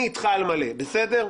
אני אתך על מלא, בסדר?